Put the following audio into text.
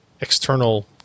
external